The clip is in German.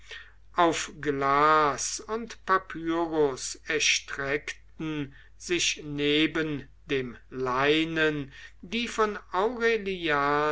auf glas und papyrus erstreckten sich neben dem leinen die von